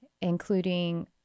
including